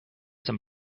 some